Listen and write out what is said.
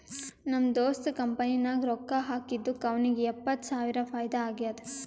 ನಮ್ ದೋಸ್ತ್ ಕಂಪನಿ ನಾಗ್ ರೊಕ್ಕಾ ಹಾಕಿದ್ದುಕ್ ಅವ್ನಿಗ ಎಪ್ಪತ್ತ್ ಸಾವಿರ ಫೈದಾ ಆಗ್ಯಾದ್